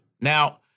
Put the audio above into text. Now